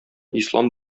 ислам